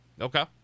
Okay